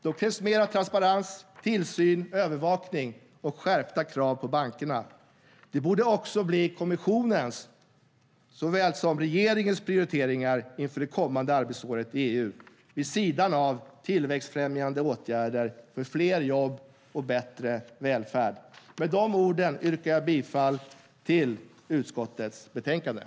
Då krävs mer transparens, tillsyn, övervakning och skärpta krav på bankerna. Det borde bli kommissionens såväl som regeringens prioriteringar inför det kommande arbetsåret i EU vid sidan av tillväxtfrämjande åtgärder för fler jobb och bättre välfärd. Med de orden yrkar jag bifall till utskottets förslag i utlåtandet.